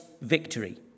victory